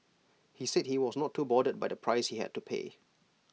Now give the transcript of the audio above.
he said he was not too bothered by the price he had to pay